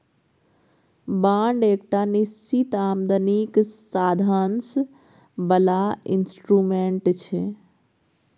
bond एकटा निश्चित आमदनीक साधंश बला इंस्ट्रूमेंट छै